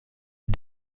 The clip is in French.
est